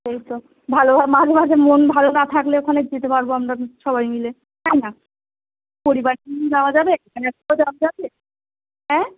সেই তো ভালো আর মাঝে মাঝে মন ভালো না থাকলে ওখানে যেতে পারব আমরা সবাই মিলে তাই না পরিবার নিয়ে যাওয়া যাবে একা একাও যাওয়া যাবে হ্যাঁ